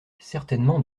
certainement